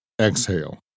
exhale